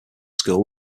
school